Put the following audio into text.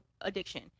addiction